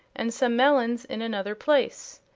and some melons in another place.